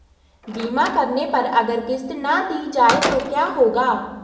बीमा करने पर अगर किश्त ना दी जाये तो क्या होगा?